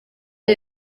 ari